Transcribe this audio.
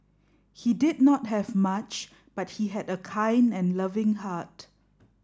he did not have much but he had a kind and loving heart